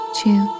two